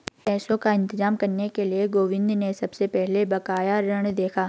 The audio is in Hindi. पैसों का इंतजाम करने के लिए गोविंद ने सबसे पहले बकाया ऋण देखा